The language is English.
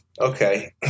okay